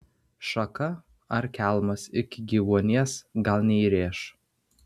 šaka ar kelmas iki gyvuonies gal neįrėš